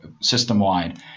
system-wide